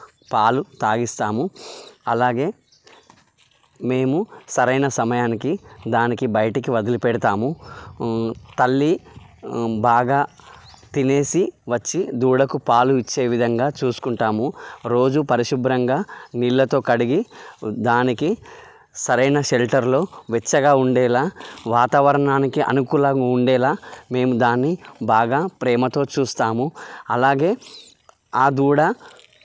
పాలు తాగిస్తాము అలాగే మేము సరైన సమయానికి దాన్ని బయటికి వదిలిపెడతాము తల్లి బాగా తినేసి వచ్చి దూడకు పాలు ఇచ్చే విధంగా చూసుకుంటాము రోజు పరిశుభ్రంగా నీళ్ళతో కడిగి దానికి సరైన షెల్టర్లో వెచ్చగా ఉండేలా వాతావరణానికి అనుకూలంగా ఉండేలా మేము దాన్ని బాగా ప్రేమతో చూస్తాము అలాగే ఆ దూడ